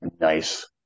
Nice